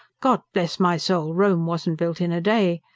god bless my soul! rome wasn't built in a day.